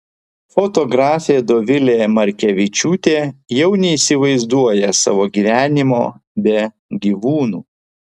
fotografė dovilė markevičiūtė jau neįsivaizduoja savo gyvenimo be gyvūnų